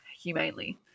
humanely